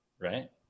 right